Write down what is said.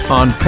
on